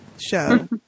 show